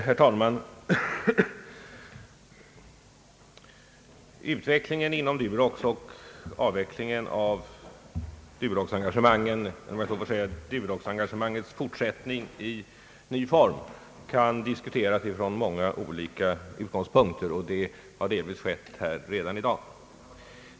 Herr talman! Utvecklingen inom Durox och avvecklingen av Duroxengagemanget och — om jag så får säga — Duroxengagemangets fortsättning i ny form kan diskuteras från många olika utgångspunkter. Det har delvis redan skett i dag.